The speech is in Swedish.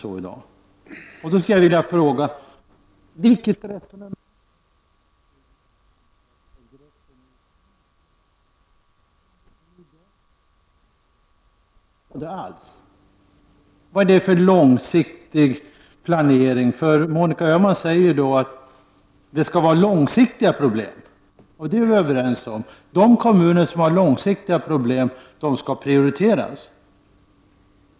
Jag vill då fråga: Vilket resonemang har den socialdemokratiska gruppen i arbetsmarknadsutskottet fört när ni i dag anser att Kramfors inte skall tillhöra något stödområde alls? Vad är detta för långsiktig planering? Monica Öhman säger att man skall se till de långsiktiga problemen, och det är vi överens om. De kommuner som har långsiktiga problem skall prioriteras.